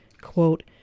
quote